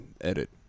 edit